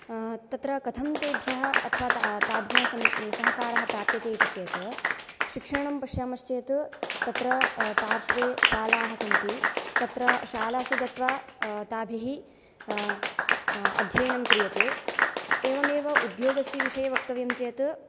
तत्र कथं तेभ्यः अथवा ता ताभ्यः सं सहकारः प्राप्यते इति चेत् शिक्षणं पश्यामश्चेत् तत्र पार्श्वे शालाः सन्ति तत्र शालासु गत्वा ताभिः अध्ययनं क्रियते एवमेव उद्योगस्य विषये वक्तव्यं चेत्